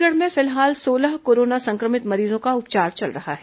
छत्तीसगढ़ में फिलहाल सोलह कोरोना संक्रमित मरीजों का उपचार चल रहा है